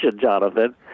Jonathan